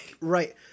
right